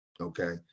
Okay